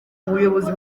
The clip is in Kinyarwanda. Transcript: ubuyobozi